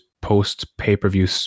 post-pay-per-view